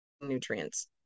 nutrients